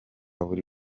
buri